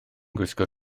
gwisgo